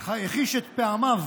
והחיש את פעמיו